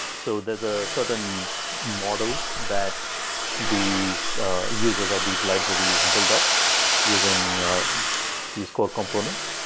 so there's a certain model that these users of these libraries build up using these core components.